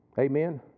Amen